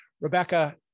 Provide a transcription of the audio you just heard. Rebecca